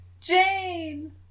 Jane